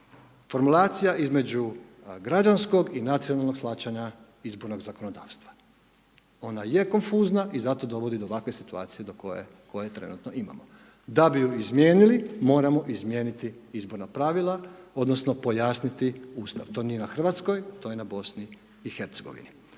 formulacija između građanskog i nacionalnog shvaćanja izbornog zakonodavstva. Ona je konfuzna i zato dovodi do ovakve situacije do koje trenutno imamo. Da bi ju izmijenili, moramo izmijeniti izborna pravila odnosno pojasniti Ustav, to nije na RH, to je na BiH. Ali te stvari